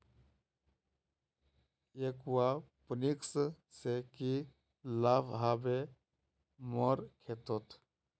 aquaponics से की लाभ ह बे मोर खेतोंत